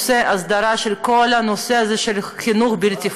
ההסדרה של כל הנושא הזה של חינוך בלתי פורמלי.